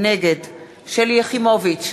נגד שלי יחימוביץ,